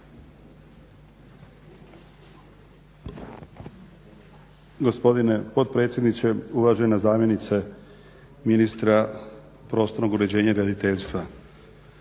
Gospodine potpredsjedniče, uvažena zamjenice ministra prostornog uređenja i graditeljstva.